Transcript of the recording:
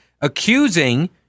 accusing